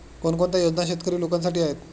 कोणकोणत्या योजना शेतकरी लोकांसाठी आहेत?